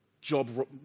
job